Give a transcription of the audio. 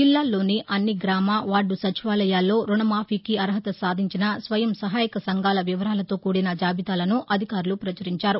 జిల్లాల్లోని అన్ని గ్రామ వార్ద సచివాలయాల్లో రుణమాఖీకి అర్హత సాధించిన స్వయం సహాయక సంఘాల వివరాలతో కూడిన జాబితాలను అధికారులు ప్రచురించారు